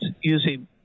using